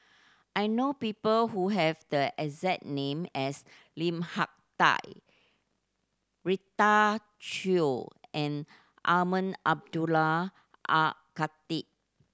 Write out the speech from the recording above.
I know people who have the exact name as Lim Hak Tai Rita Chao and Umar Abdullah Al Khatib